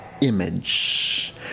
image